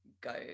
go